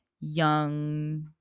young